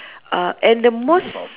uh and the most